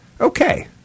Okay